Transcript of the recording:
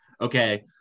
Okay